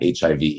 HIV